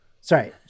Sorry